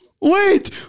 Wait